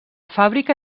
fàbrica